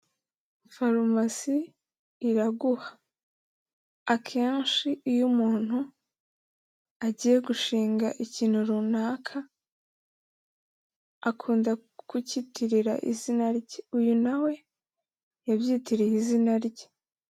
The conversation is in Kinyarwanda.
Farumasi Iraguha, akenshi iyo umuntu agiye gushinga ikintu runaka akunda kukitirira izina rye, uyu na we yabyitiriye izina rye.